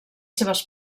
seves